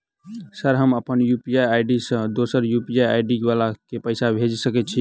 Sir हम अप्पन UPI ID सँ दोसर यु.पी.आई आई.डी वला केँ पैसा भेजि सकै छी नै?